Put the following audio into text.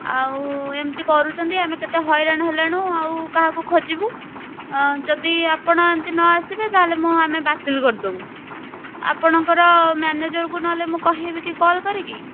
ଆଉ ଏମିତି କରୁଛନ୍ତି ଆମେ କେତେ ହଇରାଣ ହେଲୁଣି ଆଉ କାହାକୁ ଖୋଜିବୁ ଯଦି ଆପଣ ଏମିତି ନ ଆସିବେ ତାହାହେଲେ ମୁଁ ଆମେ ବାତିଲ୍ କରିଦେବୁ ଆପଣଙ୍କର ମ୍ୟାନେଜର୍କୁ ନହେଲେ ମୁଁ କହିବି କି କଲ୍ କରିକି